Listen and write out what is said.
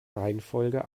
reihenfolge